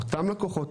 אותם לקוחות,